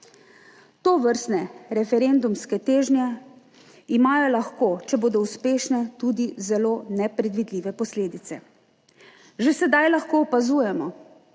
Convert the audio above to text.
Tovrstne referendumske težnje imajo lahko, če bodo uspešne, tudi zelo nepredvidljive posledice. Že sedaj lahko opazujemo